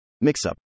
mixup